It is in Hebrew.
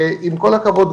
עם כל הכבוד,